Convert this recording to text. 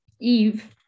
Eve